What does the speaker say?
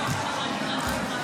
לחג?